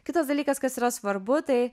kitas dalykas kas yra svarbu tai